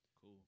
cool